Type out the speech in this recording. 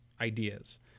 ideas